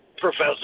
Professor